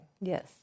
Yes